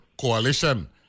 coalition